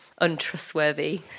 untrustworthy